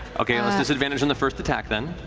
okay, that's disadvantage on the first attack, then.